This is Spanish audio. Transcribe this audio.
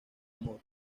amor